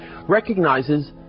recognizes